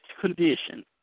condition